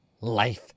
Life